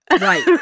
right